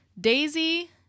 Daisy